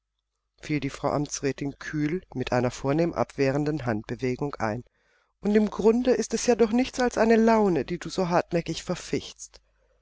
fiel die frau amtsrätin kühl mit einer vornehm abwehrenden handbewegung ein und im grunde ist es ja doch nichts als eine laune die du so hartnäckig verfichtst